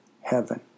heaven